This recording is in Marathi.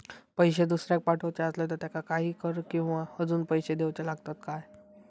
पैशे दुसऱ्याक पाठवूचे आसले तर त्याका काही कर किवा अजून पैशे देऊचे लागतत काय?